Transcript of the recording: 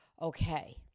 okay